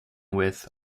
with